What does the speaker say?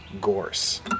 Gorse